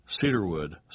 cedarwood